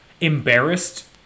embarrassed